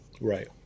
Right